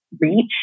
reach